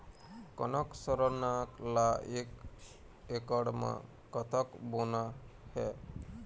कनक सरना ला एक एकड़ म कतक बोना हे?